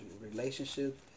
relationship